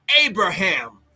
Abraham